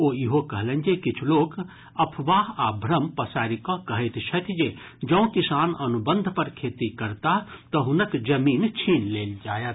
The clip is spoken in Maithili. ओ ईहो कहलनि जे किछ् लोक अफवाह आ भ्रम पसारि कऽ कहैत छथि जे जौं किसान अनुबंध पर खेती करताह तऽ हुनक जमीन छीनि लेल जायत